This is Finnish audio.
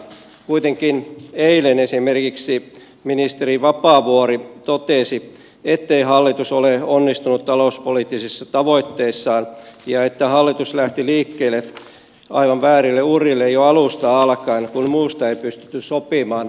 kuitenkin eilen esimerkiksi ministeri vapaavuori totesi ettei hallitus ole onnistunut talouspoliittisissa tavoitteissaan ja että hallitus lähti liikkeelle aivan väärille urille jo alusta alkaen kun muusta ei pystytty sopimaan